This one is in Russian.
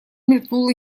мелькнула